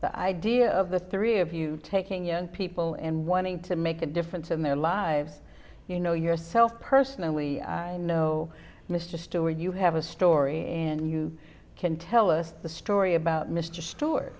the idea of the three of you taking young people and wanting to make a difference in their lives you know yourself personally i know mr stewart you have a story and you can tell us the story about mr ste